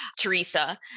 Teresa